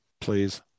please